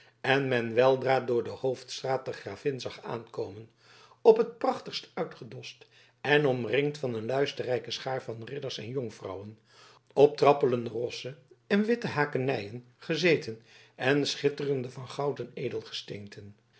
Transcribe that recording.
en men weldra door de hoofdstraat de gravin zag aankomen op t prachtigst uitgedost en omringd van een luisterrijke schaar van ridders en jonkvrouwen op trappelende rossen en witte hakeneien gezeten en schitterende van goud